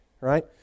right